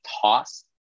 toss